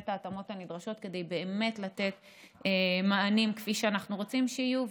את ההתאמות הנדרשות על מנת לתת את המענים שאנו רוצים שיהיו.